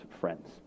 friends